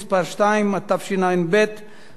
(חובת סימון אבני שפה בתחומי עירייה ורשות מקומית),